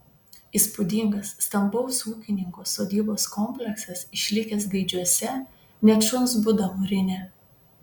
įspūdingas stambaus ūkininko sodybos kompleksas išlikęs gaidžiuose net šuns būda mūrinė